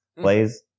plays